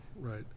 right